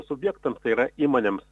subjektams tai yra įmonėms